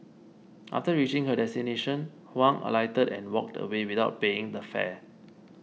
after reaching her destination Huang alighted and walked away without paying the fare